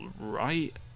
right